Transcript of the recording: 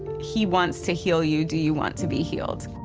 he wants to heal you. do you want to be healed?